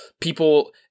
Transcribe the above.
people